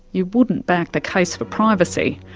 you wouldn't back the case for privacy.